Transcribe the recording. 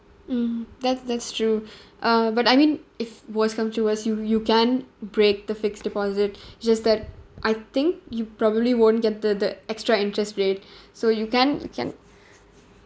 mm that's that's true uh but I mean if worse comes to worst you you can break the fixed deposit just that I think you probably won't get the the extra interest rate so you can you can